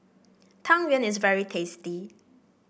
Tang Yuen is very tasty